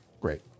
great